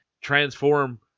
transform